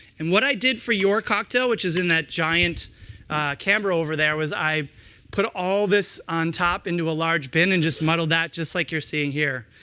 and what i did for your cocktail which is in that giant camera over there was i put all this on top into a large bin and just muddled that, just like you're seeing here.